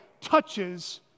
touches